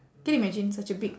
can you imagine such a big